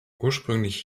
ursprünglich